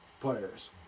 players